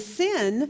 sin